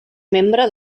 membre